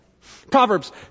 Proverbs